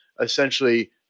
essentially